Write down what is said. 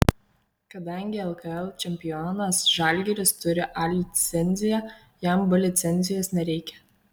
kadangi lkl čempionas žalgiris turi a licenciją jam b licencijos nereikia